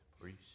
priest